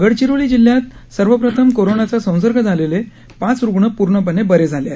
गडचिरोली जिल्ह्यात सर्वप्रथम कोरोनाचा संसर्ग झालेले पाच रुग्ण पूर्णपणे बरे झाले आहेत